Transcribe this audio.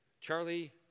Charlie